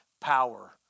power